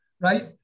right